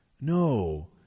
No